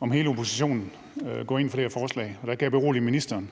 om hele oppositionen går ind for det her forslag, og der kan jeg berolige ministeren